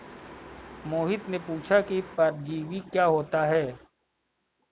मोहित ने पूछा कि परजीवी क्या होता है?